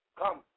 come